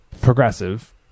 progressive